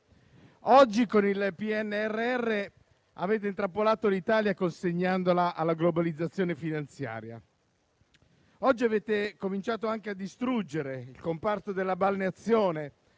Oggi con il PNRR avete intrappolato l'Italia, consegnandola alla globalizzazione finanziaria. Oggi avete cominciato anche a distruggere il comparto della balneazione,